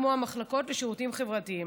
כמו המחלקות לשירותים חברתיים.